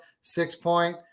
six-point